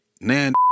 Nan